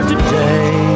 Today